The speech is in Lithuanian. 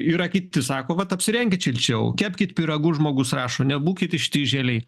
yra kiti sako vat apsirenkit šilčiau kepkit pyragus žmogus rašo nebūkit ištižėliai